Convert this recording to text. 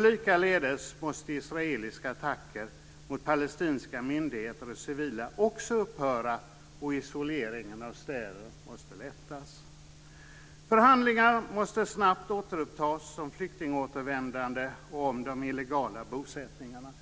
Likaledes måste israeliska attacker mot palestinska myndigheter och civila också upphöra och isoleringen av städer måste lättas. Förhandlingar måste snabbt återupptas om flyktingåtervändande och om de illegala bosättningarna.